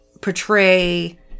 portray